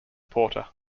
porter